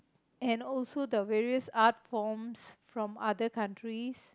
and also the various art forms from other countries